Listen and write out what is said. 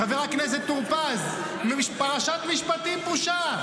חבר הכנסת טור פז, פרשת משפטים בושה.